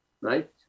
right